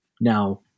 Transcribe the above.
now